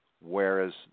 whereas